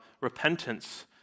repentance